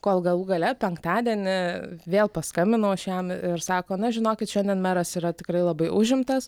kol galų gale penktadienį vėl paskambinau aš jam ir sako na žinokit šiandien meras yra tikrai labai užimtas